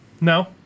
No